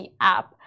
app